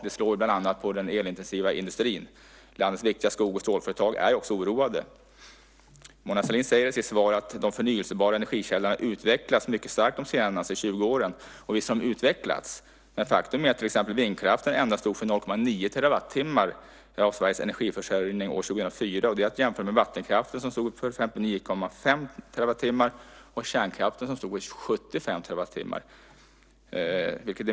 Det slår bland annat mot den elintensiva industrin. Landets viktiga skog och stålföretag är också oroade. Mona Sahlin säger i sitt svar att de förnybara energikällorna utvecklats mycket starkt de senaste 20 åren, och visst har de utvecklats. Men faktum är att till exempel vindkraften stod för endast 0,9 terawattimmar av Sveriges energiförsörjning år 2004, att jämföra med vattenkraften som stod för 59,5 terawattimmar och kärnkraften som stod för 75 terawattimmar.